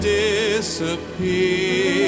disappear